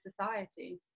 society